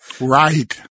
Right